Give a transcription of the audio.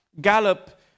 Gallup